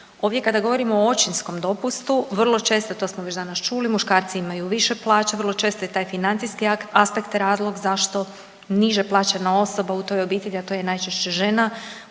Ovdje kada govorimo o očinskom dopustu vrlo često, to smo već danas čuli muškarci imaju više plaće, vrlo često je taj financijski aspekt razlog zašto niže plaćena osoba u toj obitelji, a to je najčešće žena,